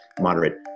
moderate